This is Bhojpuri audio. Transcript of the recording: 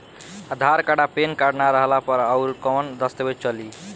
आधार कार्ड आ पेन कार्ड ना रहला पर अउरकवन दस्तावेज चली?